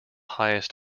highest